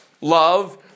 love